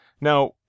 Now